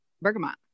bergamot